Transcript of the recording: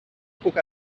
puc